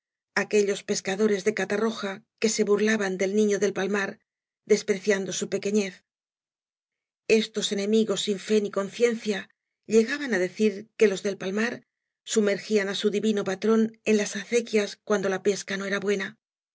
aquellos pescadores de catarroja que se burlaban del niño del palmar despreciando su pequenez estos enemigos sin fe ni conciencia llegaban á decir que los del palmar sumergían á su divino patrón en las acequias cuando la pese no era buena